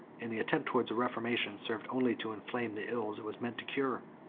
and the attempt towards a reformation served only to inflame the ills it was meant to cure.